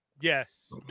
yes